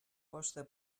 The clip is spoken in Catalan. vostra